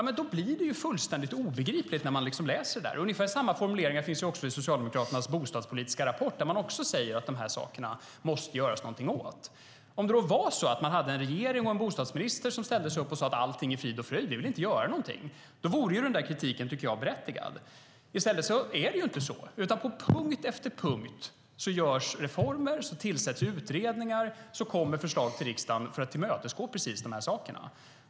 Det blir då fullständigt obegripligt när man läser det. Ungefär samma formuleringar finns också i Socialdemokraternas bostadspolitiska rapport där de säger att det måste göras någonting åt de här sakerna. Om det var så att man hade en regering och en bostadsminister som ställde sig upp och sade att allting var frid och fröjd och att de inte vill göra någonting vore kritiken berättigad. I stället är det inte så. På punkt efter punkt görs reformer. Det tillsätts utredningar som kommer med förslag till riksdagen för att tillmötesgå precis de sakerna.